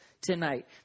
tonight